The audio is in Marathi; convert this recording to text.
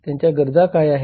त्यांच्या गरजा काय आहेत